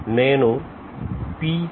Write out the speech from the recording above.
నేను P